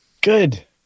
Good